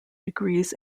degrees